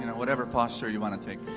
you know whatever posture you want to take.